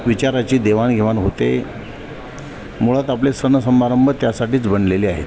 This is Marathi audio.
विचाराची देवाणघेवाण होते मुळात आपले सण समारंभ त्यासाठीच बनलेले आहेत